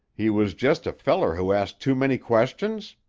he was just a feller who asked too many questions?